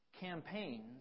campaigns